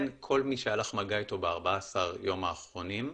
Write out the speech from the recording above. כן כל מי שהיה לך מגע איתו ב-14 ימים האחרונים,